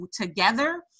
together